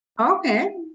Okay